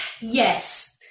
Yes